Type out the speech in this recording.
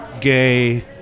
gay